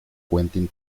quentin